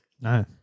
no